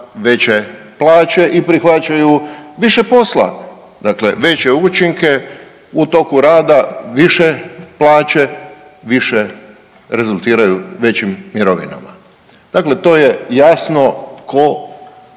veće plaće i prihvaćaju više posla. Dakle, veće učinke u toku, više plaće, više rezultiraju većim mirovinama. Dakle, to je jasno ko